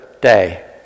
day